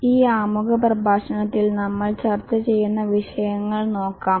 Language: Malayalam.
ഈ ആമുഖ പ്രഭാഷണത്തിൽ നമ്മൾ ചർച്ച ചെയ്യുന്ന വിഷയങ്ങൾ നോക്കാം